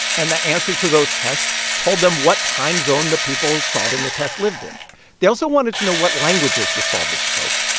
and the answer to those tests told them what time zone the people solving the test lived in they also wanted to know what languages the solvers spoke,